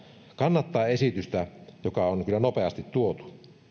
kannattaa esitystä joka on kyllä nopeasti tuotu